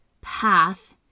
path